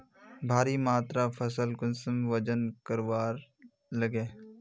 भारी मात्रा फसल कुंसम वजन करवार लगे?